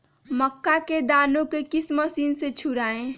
मक्का के दानो को किस मशीन से छुड़ाए?